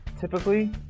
Typically